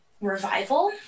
revival